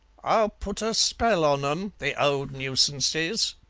i'll put a spell on em, the old nuisances.